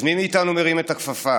אז מי מאיתנו מרים את הכפפה?